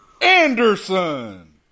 Anderson